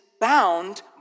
bound